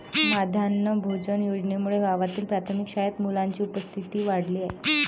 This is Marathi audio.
माध्यान्ह भोजन योजनेमुळे गावातील प्राथमिक शाळेत मुलांची उपस्थिती वाढली आहे